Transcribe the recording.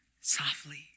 softly